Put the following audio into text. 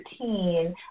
13